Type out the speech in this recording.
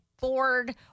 bored